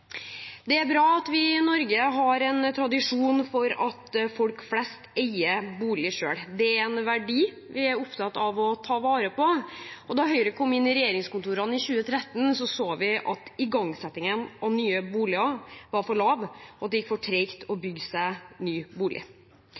Det er bra at vi i Norge har en tradisjon for at folk flest eier bolig selv. Det er en verdi vi er opptatt av å ta vare på. Da Høyre kom inn i regjeringskontorene i 2013, så vi at igangsettingen av bygging av nye boliger var for lav, og at det gikk for tregt å bygge seg ny bolig.